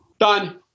Done